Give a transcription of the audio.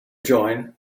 join